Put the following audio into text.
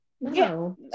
no